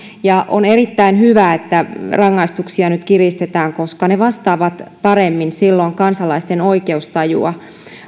on erittäin hyvä että rangaistuksia nyt kiristetään koska ne vastaavat silloin paremmin kansalaisten oikeustajua